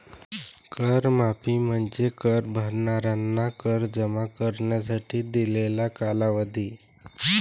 कर माफी म्हणजे कर भरणाऱ्यांना कर जमा करण्यासाठी दिलेला कालावधी